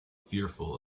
fearful